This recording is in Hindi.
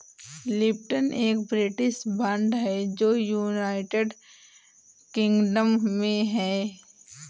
लिप्टन एक ब्रिटिश ब्रांड है जो यूनाइटेड किंगडम में है